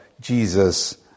Jesus